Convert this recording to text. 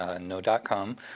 no.com